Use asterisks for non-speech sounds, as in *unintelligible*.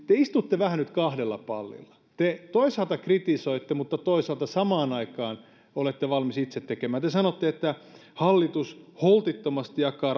*unintelligible* te istutte kahdella pallilla te toisaalta kritisoitte mutta toisaalta samaan aikaan olette valmiita itse tekemään te sanotte että hallitus holtittomasti jakaa *unintelligible*